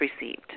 received